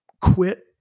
quit